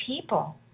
people